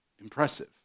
impressive